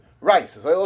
rice